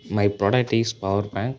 my product is power bank